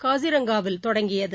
காசிரங்காவில் தொடங்கியது